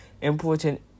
important